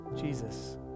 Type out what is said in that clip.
Jesus